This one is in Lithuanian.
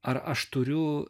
ar aš turiu